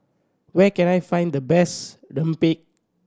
where can I find the best rempeyek